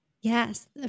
Yes